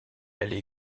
allait